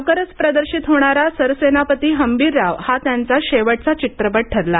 लवकरच प्रदर्शित होणारा सरसेनापती हंबीरराव हा त्यांचा शेवटचा चित्रपट ठरला